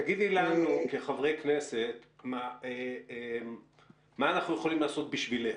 תגידי לנו כחברי כנסת מה אנחנו יכולים לעשות בשבילך.